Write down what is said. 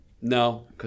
No